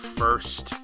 first